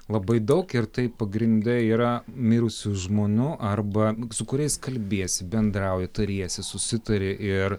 labai daug ir tai pagrinde yra mirusių žmonių arba su kuriais kalbiesi bendrauji tariesi susitari ir